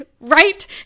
right